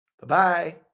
Bye-bye